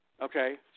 Okay